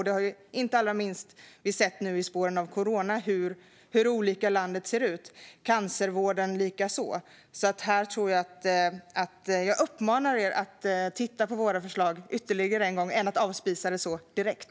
Vi har ju sett, inte minst nu i spåren av corona, hur olika det ser ut i landet. Likadant med cancervården. Jag uppmanar er att titta på vårt förslag ytterligare en gång i stället för att avspisa det så direkt.